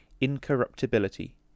incorruptibility